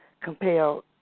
compelled